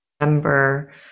remember